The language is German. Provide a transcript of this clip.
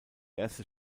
erste